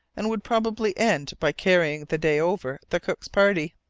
and would probably end by carrying the day over the cook's party.